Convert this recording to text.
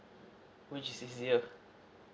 which is easier